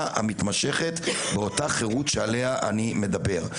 המתמשכת באותה חירות שעליה אני מדבר.